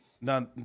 Now